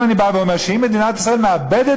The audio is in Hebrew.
לא עושים את